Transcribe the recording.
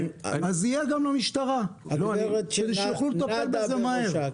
אז תהיה גם למשטרה כדי שהיא תוכל לטפל בזה מהר.